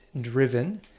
driven